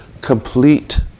complete